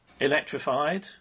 electrified